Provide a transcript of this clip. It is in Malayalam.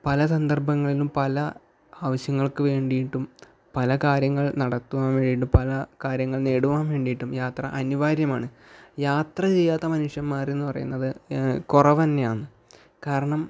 പല സന്ദർഭങ്ങളിലും പല ആവശ്യങ്ങൾക്ക് വേണ്ടിയിട്ടും പല കാര്യങ്ങൾ നടക്കുവാൻ വേണ്ടിയിട്ടും പല കാര്യങ്ങൾ നേടുവാൻ വേണ്ടിയിട്ടും യാത്ര അനിവാര്യമാണ് യാത്ര ചെയ്യാത്ത മനുഷ്യൻമാരെന്ന് പറയുന്നത് കുറവ് തന്നെയാണ് കാരണം